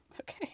Okay